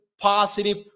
positive